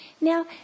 now